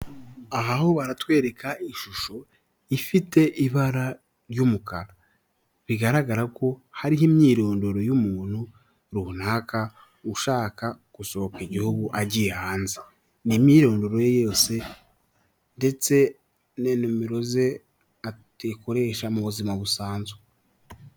Aha ho baratwereka ishusho ifite ibara ry'umukara, bigaragara ko hariho imyirondoro y'umuntu runaka ushaka gusohoka igihugu agiye hanze, ni imyirondoro ye yose ndetse na nimero ze akoresha mu buzima busanzwe.